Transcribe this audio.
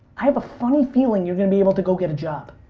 i have a funny feeling you're going to be able to go get a job.